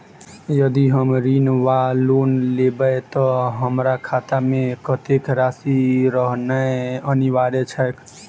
यदि हम ऋण वा लोन लेबै तऽ हमरा खाता मे कत्तेक राशि रहनैय अनिवार्य छैक?